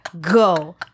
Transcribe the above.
go